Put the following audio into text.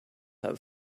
have